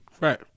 Right